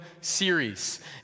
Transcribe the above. series